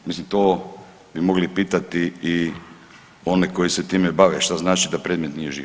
Mislim to bi mogli pitati i one koji se time bave što znači da predmet nije živ.